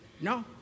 No